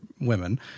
women